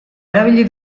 erabili